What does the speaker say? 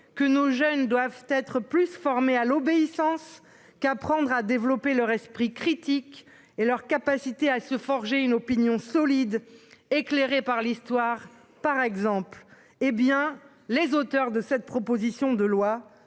que nos jeunes doivent être plus formés à l'obéissance qu'apprendre à développer leur esprit critique et leur capacité à se forger une opinion solide éclairée par l'histoire, par exemple, hé bien les auteurs de cette proposition de loi